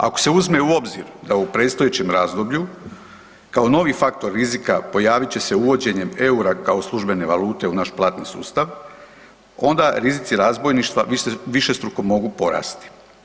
Ako se uzme u obzir da u predstojećem razdoblju kao novi faktor rizika pojavit će se uvođenjem EUR-a kao službene valute u naš platni sustav onda rizici razbojništva višestruko mogu porasti.